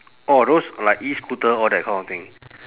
orh those like E scooter all that kind of thing